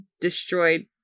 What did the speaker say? destroyed